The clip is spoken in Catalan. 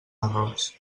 errors